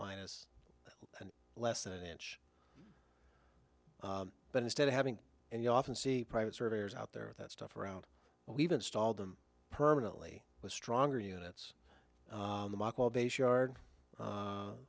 minus and less than an inch but instead of having and you often see private surveyors out there that stuff around we've installed them permanently with stronger units